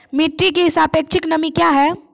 मिटी की सापेक्षिक नमी कया हैं?